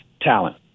talent